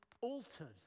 altered